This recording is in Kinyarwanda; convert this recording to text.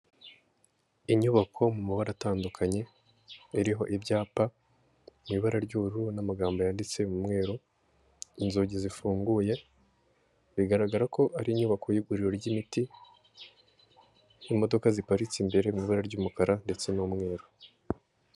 Inyubako mu mabara atandukanye, iriho ibyapa mu ibara ry'ubururu n'amagambo yanditse mu mweru inzugi zifunguye bigaragara ko ari inyubako y'iguriro ry'imiti, imodoka ziparitse imbere mu ibara ry'umukara ndetse n'umweru.